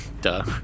Duh